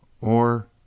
or